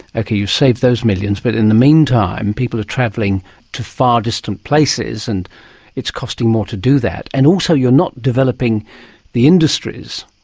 okay, you save those millions, but in the meantime people are travelling to far distant places and it's costing more to do that, and also you are not developing the industries,